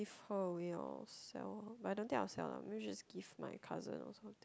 give her away or sell but I don't think I'll sell lah maybe just give my cousin or something